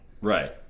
right